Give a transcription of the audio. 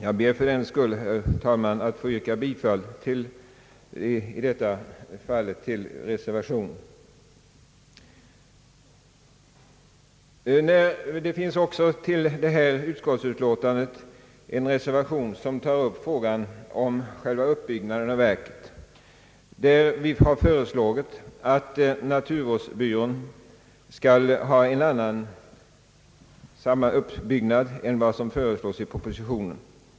Jag ber för den skull, herr talman, att få yrka bifall till reservation nr 1. Till utskottsutlåtandet är också fogad en reservation som tar upp frågan om själva uppbyggnaden av verket. Däri har vi föreslagit, att naturvårdsbyrån skall ha en annan uppbyggnad än vad som föreslås i propositionen.